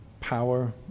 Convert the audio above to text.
power